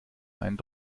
einen